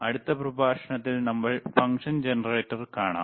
അടുത്ത പ്രഭാഷണത്തിൽ നമുക്ക് ഫംഗ്ഷൻ ജനറേറ്റർ കാണാം